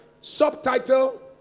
Subtitle